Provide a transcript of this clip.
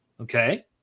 okay